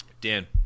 Dan